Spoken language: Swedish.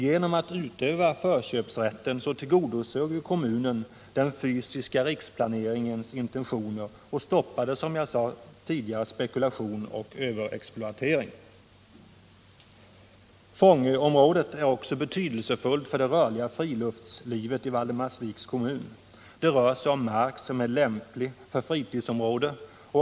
Genom att utöva förköpsrätten tillgodosåg kommunen den fysiska riksplaneringens intentioner och stoppade, som jag sade tidigare, spekulation och överexploatering. Fångöområdet är också betydelsefullt för det rörliga friluftslivet i Valdemarsviks kommun. Det rör sig om mark som är lämplig som fritidsområde.